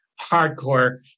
hardcore